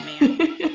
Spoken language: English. man